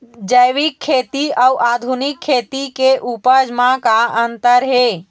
जैविक खेती अउ आधुनिक खेती के उपज म का अंतर हे?